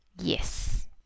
Yes